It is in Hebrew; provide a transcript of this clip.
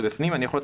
על